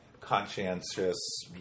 conscientious